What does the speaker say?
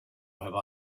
have